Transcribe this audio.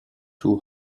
two